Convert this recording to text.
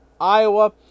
Iowa